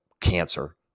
cancer